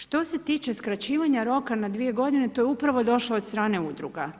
Što se tiče skraćivanja roka na 2 godine to je upravo došlo od strane udruga.